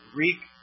Greek